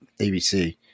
ABC